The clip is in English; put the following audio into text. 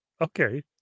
okay